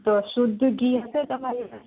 તો શુદ્ધ ઘી હશે તમારી પાસે